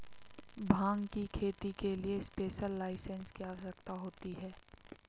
भांग की खेती के लिए स्पेशल लाइसेंस की आवश्यकता होती है